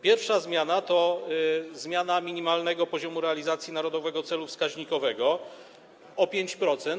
Pierwsza zmiana to zmiana minimalnego poziomu realizacji narodowego celu wskaźnikowego o 5%.